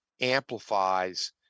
amplifies